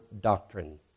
doctrine